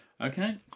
Okay